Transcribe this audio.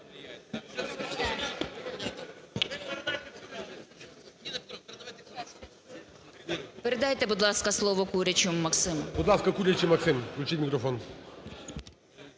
Передайте, будь ласка, слово Курячому Максиму.